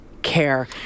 care